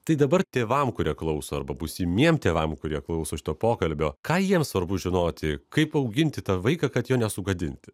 tai dabar tėvams kurie klauso arba būsimiems tėvams kurie klausosi to pokalbio ką jiems svarbu žinoti kaip auginti tą vaiką kad jo nesugadinti